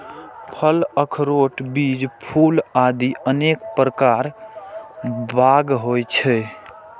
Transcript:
फल, अखरोट, बीज, फूल आदि अनेक प्रकार बाग होइ छै